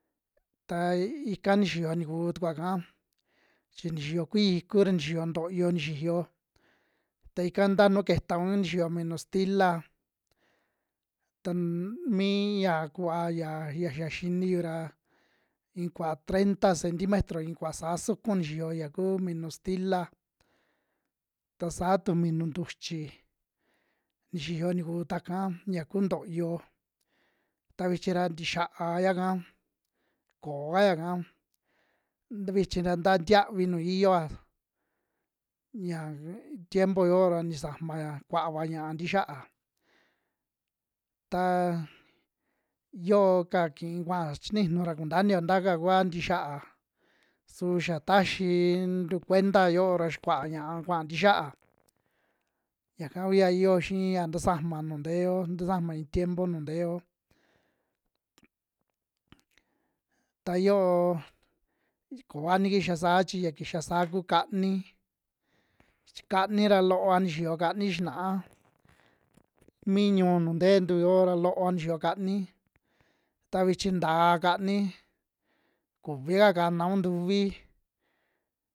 Taa ika nixiyo ntikuu tukua'ka chi ni xiyo kuiji iku ra nixiyo ntoyo nixiyo, ta ika ntaa nu ketaun nixiyo minu stila tan mii ya ya kuva ya xiniyu ra in kuva treinta centimetro iin kuva saa suku nixiyo ya kuu minu stila, ta saa tu minu ntuchí nixiyo nti kuu tuaka ya kuu ntoyo ta vichi ra ntixiaya'ka koo kaya'ka nti vichi ra nta ntiavi nuu iyioa, ña'a tiempo yoo ra nisamaya kuava ña'a ntixiaa, ta yooka kii kuaa chininu ra kunta inio ntaka kua ntixiaa, su xa taxintu kuenta yoo ra xia kuaa ña'a kua ntixiaa yaka kua iyio xii ya tasama nuju nteeo, tasama iin tiempo nu nteeo, ta yo'o koa ni kixa saa chi ya kixa saa ku kaani chi kani ra loova nixiyo kaani xinaa mi ñu'un nuu ntentu yoo ra loo nixiyo kaani, ta vichi ntaa kaani kuvika kanaun ntuuvi.